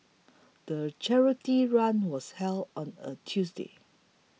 the charity run was held on a Tuesday